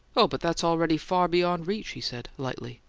oh, but that's already far beyond reach, he said, lightly.